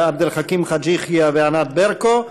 עבד אל חכים חאג' יחיא וענת ברקו.